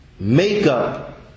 Makeup